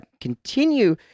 continue